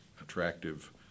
attractive